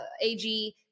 AG